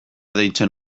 deitzen